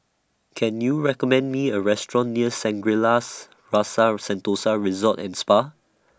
Can YOU recommend Me A Restaurant near Shangri La's Rasa Sentosa Resort and Spa